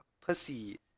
pussy